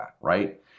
right